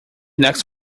next